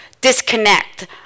disconnect